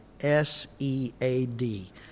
S-E-A-D